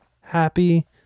happy